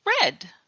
Red